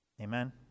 Amen